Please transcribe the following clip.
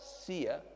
sia